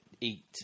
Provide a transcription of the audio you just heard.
eat